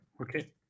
okay